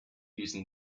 using